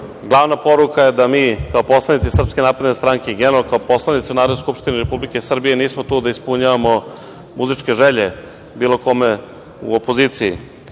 glavna poruka je da mi kao poslanici SNS, generalno kao poslanici Narodne Skupštine Republike Srbije, nismo tu da ispunjavamo muzičke želje, bilo kome u opoziciji. Mi